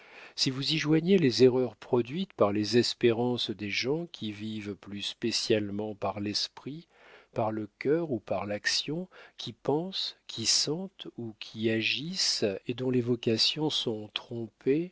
si vous y joignez les erreurs produites par les espérances des gens qui vivent plus spécialement par l'esprit par le cœur ou par l'action qui pensent qui sentent ou qui agissent et dont les vocations sont trompées